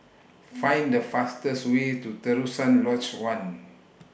Find The fastest Way to Terusan Lodge one